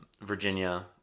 Virginia